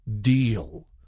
deal